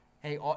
hey